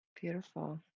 Beautiful